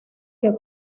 que